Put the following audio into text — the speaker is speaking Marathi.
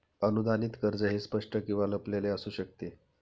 अनुदानित कर्ज हे स्पष्ट किंवा लपलेले असू शकते